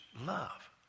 love